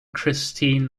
christine